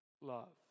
love